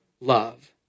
love